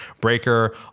Breaker